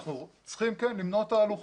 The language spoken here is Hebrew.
כן, אנחנו צריכים למנוע תהלוכות,